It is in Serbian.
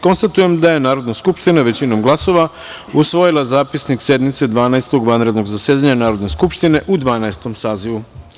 Konstatujem da je Narodna skupština, većinom glasova, usvojila Zapisnik sednice Dvanaestog vanrednog zasedanja Narodne skupštine u Dvanaestom sazivu.